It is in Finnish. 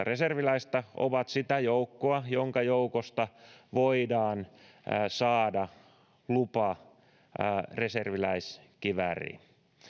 reserviläistä on sitä joukkoa jonka joukosta voidaan saada lupa reserviläiskivääriin